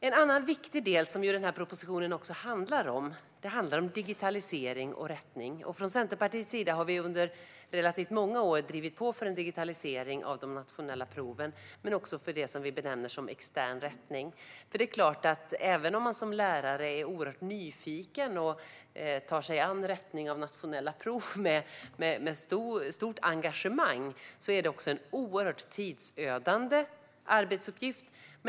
En annan viktig del som propositionen handlar om är digitalisering och rättning. Från Centerpartiets sida har vi under relativt många år drivit på för en digitalisering av de nationella proven men också för det som vi benämner extern rättning. Även om man som lärare är oerhört nyfiken och tar sig an rättning av nationella prov med stort engagemang är det en oerhört tidsödande arbetsuppgift.